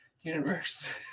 universe